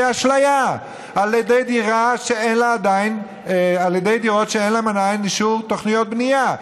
אשליה על ידי דירות שאין להן עדיין אישור תוכניות בנייה.